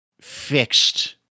fixed